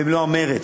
במלוא המרץ.